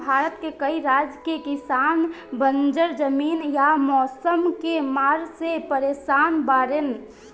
भारत के कई राज के किसान बंजर जमीन या मौसम के मार से परेसान बाड़ेन